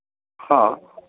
ହଁ